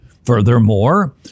Furthermore